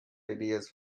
ideas